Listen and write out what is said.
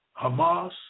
Hamas